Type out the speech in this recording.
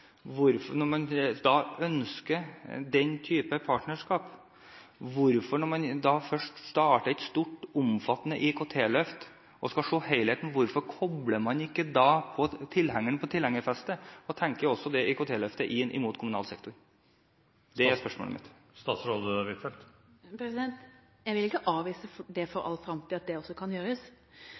hvorfor kobler man ikke da tilhengeren på tilhengerfestet og tenker det IKT-løftet inn mot kommunal sektor? Det er spørsmålet mitt. Jeg vil ikke avvise for all framtid at det også kan gjøres.